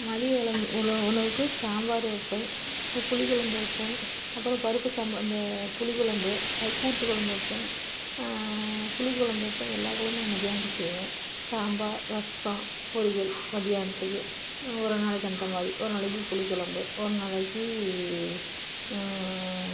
மதியம் குழம்பு ஓரளவுக்கு உணவுக்கு சாம்பார் வைப்பேன் புளிக்குழம்பு வைப்பேன் அப்புறம் பருப்பு சம்பார் இந்த புளிக்குழம்பு அது கூட்டுக்குழம்பு வைப்பேன் புளிக்குழம்பு வைப்பேன் எல்லாக் குழம்பும் மதியானத்திக்கு செய்வேன் சாம்பார் ரசம் பொரியல் மதியானத்துக்கு ஒரு நாளைக்கு அந்த மாதிரி ஒரு நாளைக்கு புளிக்குழம்பு ஒரு நாளைக்கு